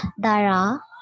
Dara